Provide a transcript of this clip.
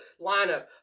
lineup